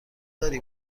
داری